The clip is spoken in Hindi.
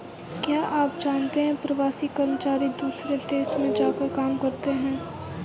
क्या आप जानते है प्रवासी कर्मचारी दूसरे देश में जाकर काम करते है?